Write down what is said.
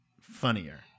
funnier